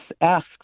asked